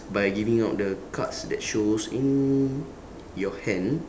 by giving out the cards that shows in your hand